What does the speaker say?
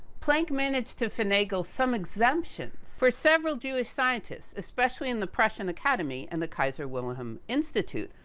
planck managed to finagle some exemptions, for several jewish scientists, especially, in the prussion academy, and the kaiser wilhelm institute,